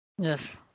Yes